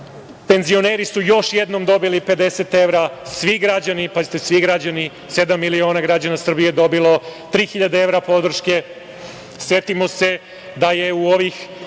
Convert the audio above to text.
penzioneri su još jednom dobili 50 evra, svi građani, pazite svi građani, sedam miliona građana Srbije je dobilo 3000 evra podrške. Setimo se, da je u ovih